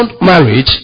marriage